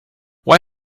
why